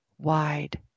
wide